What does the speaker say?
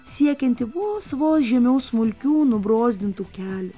siekiantį vos vos žemiau smulkių nubrozdintų kelių